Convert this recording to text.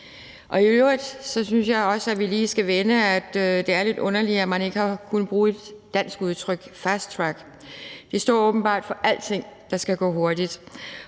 Og i øvrigt synes jeg også, at vi lige skal vende, at det er lidt underligt, at man ikke har kunnet bruge et dansk udtryk. Fasttrack – det står åbenbart for alting, der skal gå hurtigt,